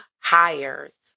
hires